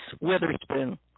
Witherspoon